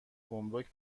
گمرگ